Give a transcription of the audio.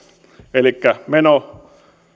elikkä